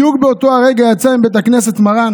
בדיוק באותו הרגע יצא מבית הכנסת מרן